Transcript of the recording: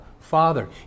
Father